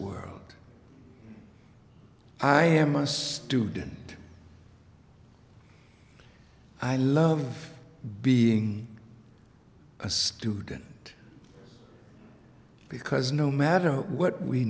world i am a student i love being a student because no matter what we